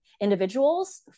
individuals